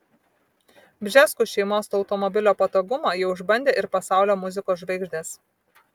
bžeskų šeimos automobilio patogumą jau išbandė ir pasaulio muzikos žvaigždės